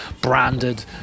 branded